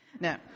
No